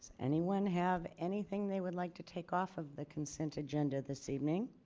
anyone have anything they would like to take off of the consent agenda this evening